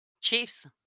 Chiefs